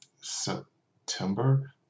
September